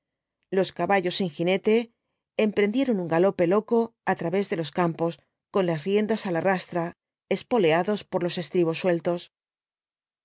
los caballos sin jinete emprendieron un galope loco á través de los campos con las riendas á la rastra espoleados por los estribos sueltos